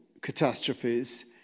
catastrophes